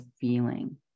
feeling